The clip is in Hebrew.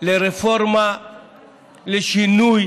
לרפורמה לשינוי